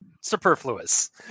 superfluous